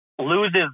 loses